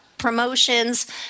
promotions